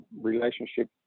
relationship